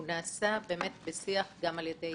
הוא נעשה בשיח גם על ידי